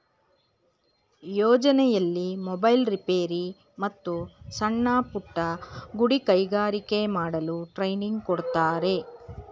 ಯೋಜನೆಯಲ್ಲಿ mobile repair, ಮತ್ತು ಸಣ್ಣಪುಟ್ಟ ಗುಡಿ ಕೈಗಾರಿಕೆ ಮಾಡಲು ಟ್ರೈನಿಂಗ್ ಕೊಡ್ತಾರೆ